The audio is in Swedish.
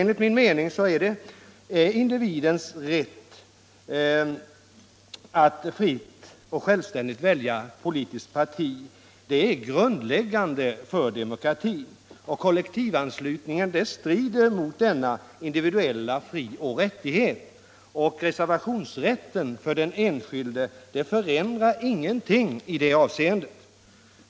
Enligt vår mening är individens rätt att fritt och självständigt välja po litiskt parti grundläggande för demokratin. Kollektivanslutningen strider mot denna individuella frioch rättighet. Reservationsrätten för den enskilde förändrar ingenting i det avseendet.